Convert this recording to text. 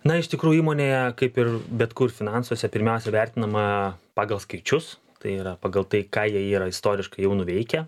na iš tikrųjų įmonėje kaip ir bet kur finansuose pirmiausia vertinama pagal skaičius tai yra pagal tai ką jie yra istoriškai jau nuveikę